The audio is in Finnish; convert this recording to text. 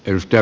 kiitos